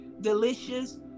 delicious